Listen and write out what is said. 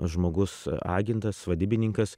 žmogus agentas vadybininkas